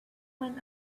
went